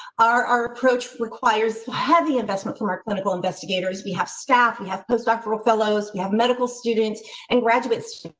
our our approach requires heavy investment from our clinical investigators. we have staff, we have postdoctoral fellows. we have medical students and graduates.